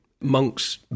monks